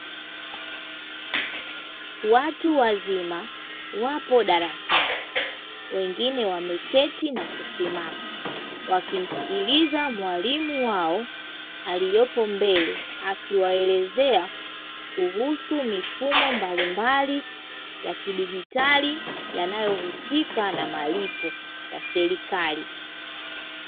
Watu wazima wapo darasani wengine wameketi na kusimama, wakimsikiliza mwalimu wao aliyopo mbele akiwaelezea kuhusu mifumo mbalimbali ya kidijitali yanayohusika na malipo ya serikali.